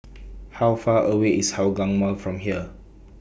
How Far away IS Hougang Mall from here